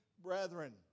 Brethren